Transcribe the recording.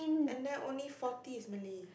and then only forty is Malay